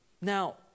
Now